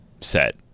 set